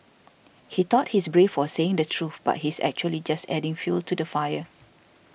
he thought he's brave for saying the truth but he's actually just adding fuel to the fire